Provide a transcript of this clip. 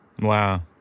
Wow